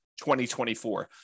2024